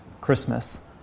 Christmas